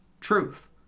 truth